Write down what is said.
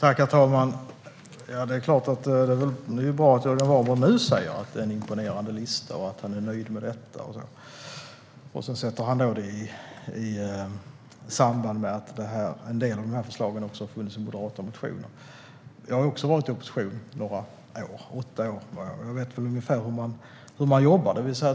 Herr talman! Det är bra att Jörgen Warborn nu säger att det är en imponerande lista och att han är nöjd med detta. Sedan sätter han det i samband med att en del av förslagen också har funnits i moderata motioner. Jag har också varit i opposition i några år. Jag var det i åtta år. Jag vet ungefär hur man jobbar.